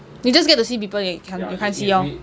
you just get to see people that you can't you can't see lor